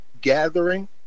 gathering